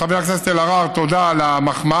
חבר הכנסת אבו עראר, תודה על המחמאה.